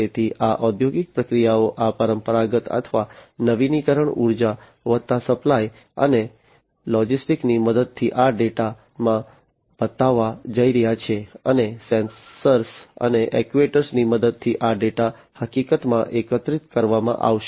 તેથી આ ઔદ્યોગિક પ્રક્રિયાઓ આ પરંપરાગત અથવા નવીનીકરણીય ઉર્જા વત્તા સપ્લાય અને લોજિસ્ટિક્સની મદદથી આ ડેટામાં બતાવવા જઈ રહી છે અને સેન્સર્સ અને એક્ટ્યુએટર ની મદદથી આ ડેટા હકીકતમાં એકત્રિત કરવામાં આવશે